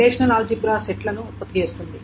relational algebra సెట్లను ఉత్పత్తి చేస్తుంది